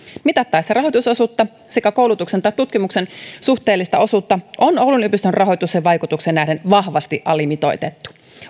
mitattaessa rahoitusosuutta sekä koulutuksen tai tutkimuksen suhteellista osuutta on oulun yliopiston rahoitus sen vaikutukseen nähden vahvasti alimitoitettu